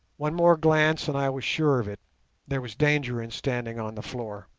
one more glance and i was sure of it there was danger in standing on the floor.